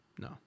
no